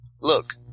Look